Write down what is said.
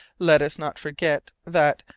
let us not forget that,